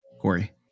Corey